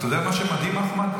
אתה יודע מה מדהים, אחמד?